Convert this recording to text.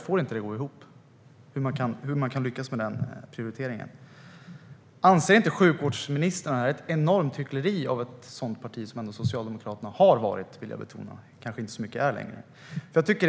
För mig går en sådan prioritering inte ihop. Anser inte sjukvårdsministern att detta är ett enormt hyckleri av ett sådant parti som Socialdemokraterna ändå har varit, men kanske inte längre är?